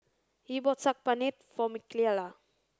Yee bought Saag Paneer for Mikaela